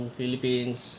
Philippines